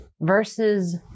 versus